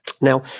Now